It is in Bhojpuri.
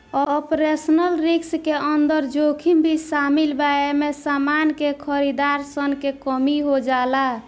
ऑपरेशनल रिस्क के अंदर जोखिम भी शामिल बा एमे समान के खरीदार सन के कमी हो जाला